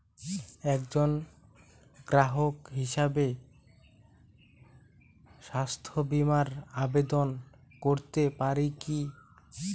একজন গ্রাহক হিসাবে স্বাস্থ্য বিমার আবেদন করতে পারি কি?